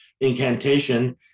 incantation